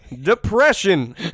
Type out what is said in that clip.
Depression